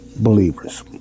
Believers